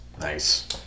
Nice